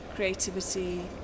creativity